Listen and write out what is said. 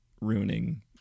ruining